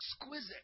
exquisite